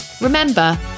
Remember